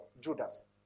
Judas